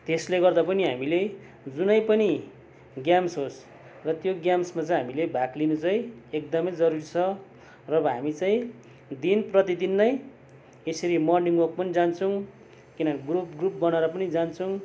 त्यसले गर्दा पनि हामीले जुनै पनि गेम्स होस् र त्यो गेम्समा चाहिँ हामीले भाग लिनु चाहिँ एकदमै जरुरी छ र अब हामी चाहिँ दिन प्रतिदिन नै यसरी मर्निङ वक पनि जान्छौँ किनभने ग्रुप ग्रुप बनाएर पनि जान्छौँ